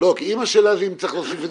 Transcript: -- קיבל מכם כסף.